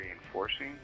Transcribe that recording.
reinforcing